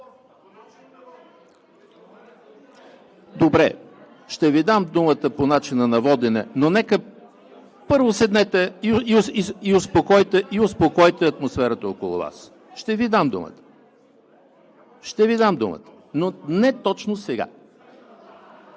Добре, ще Ви дам думата по начина на водене, но първо седнете и успокоите атмосферата около Вас. Ще Ви дам думата. Ще Ви дам думата, но не точно сега.